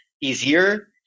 easier